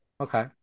Okay